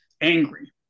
angry